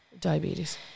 Diabetes